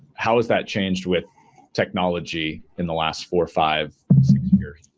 how is that changed with technology in the last four or five years?